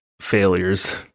failures